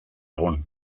egun